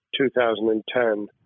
2010